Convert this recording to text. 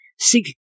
Seek